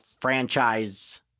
franchise